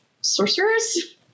Sorcerers